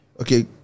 Okay